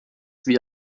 wie